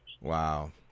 Wow